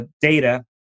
data